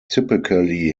typically